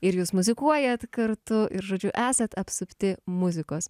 ir jūs muzikuojat kartu ir žodžiu esat apsupti muzikos